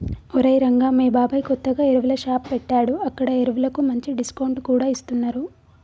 ఒరేయ్ రంగా మీ బాబాయ్ కొత్తగా ఎరువుల షాప్ పెట్టాడు అక్కడ ఎరువులకు మంచి డిస్కౌంట్ కూడా ఇస్తున్నరు